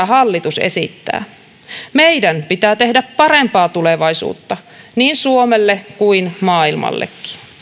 hallitus esittää meidän pitää tehdä parempaa tulevaisuutta niin suomelle kuin maailmallekin